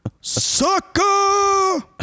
Sucker